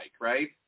right